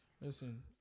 Listen